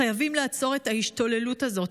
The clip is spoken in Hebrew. חייבים לעצור את ההשתוללות הזאת,